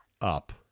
up